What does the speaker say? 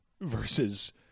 versus